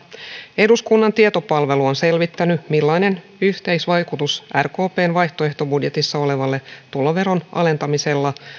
eduskunnan tietopalvelu on selvittänyt millainen yhteisvaikutus rkpn vaihtoehtobudjetissa olevalla tuloveron alentamisella